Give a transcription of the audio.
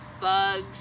bugs